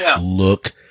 look